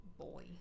Boy